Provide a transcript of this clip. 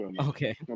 Okay